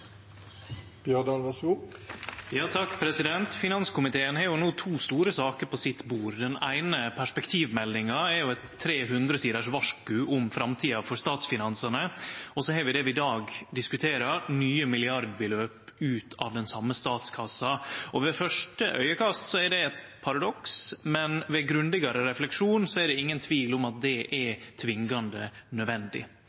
statsfinansane, og så har vi det vi i dag diskuterer, nye milliardbeløp ut av den same statskassa. Ved første augnekast er det eit paradoks, men ved grundigare refleksjon er det ingen tvil om at det